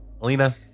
Alina